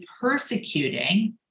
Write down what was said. persecuting